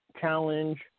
challenge